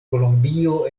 kolombio